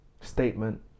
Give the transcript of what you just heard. statement